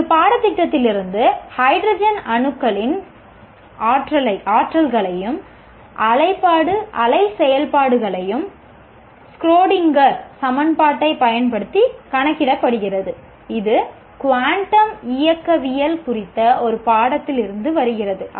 ஒரு பாடத்திட்டத்திலிருந்து ஹைட்ரோஜன் அணுக்களின் ஆற்றல்களையும் அலை செயல்பாடுகளையும் ஸ்க்ரோடிங்கர் சமன்பாட்டைப் பயன்படுத்தி கணக்கிடுகிறது இது குவாண்டம் இயக்கவியல் குறித்த ஒரு பாடத்திலிருந்து வருகிறது